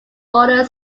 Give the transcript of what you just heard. modern